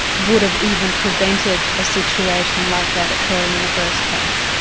would have even prevented a situation like that occurring in the first place.